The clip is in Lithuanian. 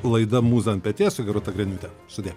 laida mūza ant peties su gerūta griniūte sudie